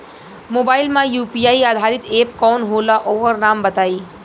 Mobile म UPI आधारित app कौन होला ओकर नाम बताईं?